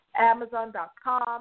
Amazon.com